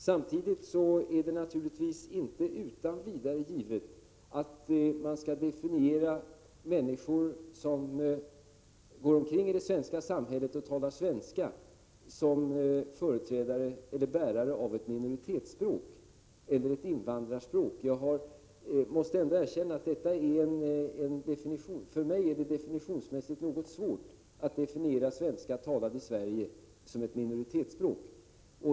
Samtidigt är det inte utan vidare givet att man skall definiera människor som går omkring i det svenska samhället och talar svenska som bärare av ett minoritetsspråk eller ett invandrarspråk. Jag måste erkänna att för mig är det svårt att definiera svenska, talad i Sverige, som ett minoritetsspråk.